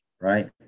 right